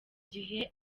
gihe